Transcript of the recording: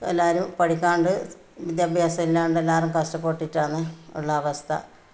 എല്ലാവരും പഠിക്കാണ്ട് വിദ്യാഭ്യാസം ഇല്ലാണ്ട് എല്ലാവരും കഷ്ടപ്പെട്ടിട്ടാണ് ഉള്ള അവസ്ഥ